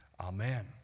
Amen